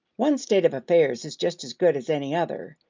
one state of affairs is just as good as any other.